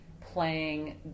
playing